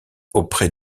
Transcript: auprès